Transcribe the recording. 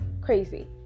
crazy